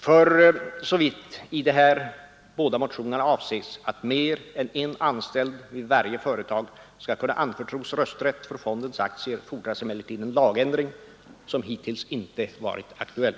För så vitt i de här motionerna avses att mer än en Allmänna pensionsanställd vid varje företag skall kunna anförtros rösträtt för fondens aktier fondens förvaltning, fordras emellertid en lagändring som hittills inte varit aktuell.